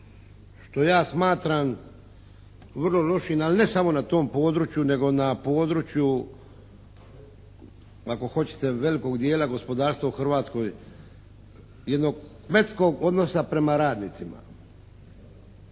što ja smatram vrlo lošim ali ne samo na tom području nego na području ako hoćete velikog dijela gospodarstva u Hrvatskoj, jednog kmetskog odnosa prema radnicima.